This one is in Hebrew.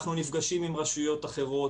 אנחנו נפגשים עם רשויות אחרות,